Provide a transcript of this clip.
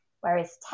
Whereas